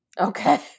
Okay